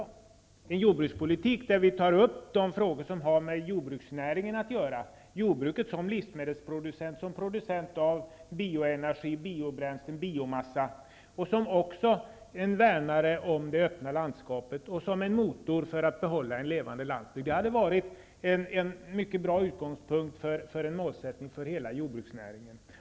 Vi borde ha en jordbrukspolitik, där vi tar upp de frågor som har med jordbruksnäringen att göra, jordbruket som livsmedelsproducent, som producent av bioenergi, biobränsle och biomassa och också som värnare av det öppna landskapet och som en motor för att behålla en levande landsbygd. Det hade varit en mycket bra utgångspunkt, när man skall fastställa målen för jordbruksnäringen.